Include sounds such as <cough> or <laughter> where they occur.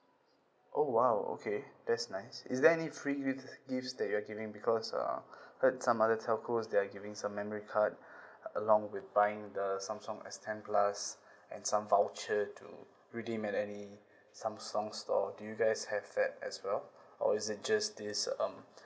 oh !wow! okay that's nice is there any free with gifts that you're giving because uh <breath> heard some other telcos they're giving some memory card <breath> along with buying the Samsung S ten plus <breath> and some voucher to redeem at any Samsung's store do you guys have that as well or is it just this um